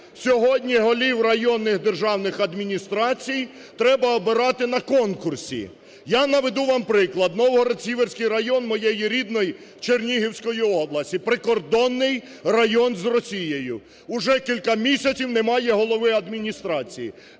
Сьогодні голів районних державних адміністрацій треба обирати на конкурсі. Я наведу вам приклад. Новгород-Сіверський район моєї рідної Чернігівської області, прикордонний район з Росією. Уже кілька місяців немає голови адміністрації.